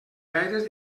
gaires